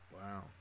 Wow